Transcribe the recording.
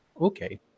Okay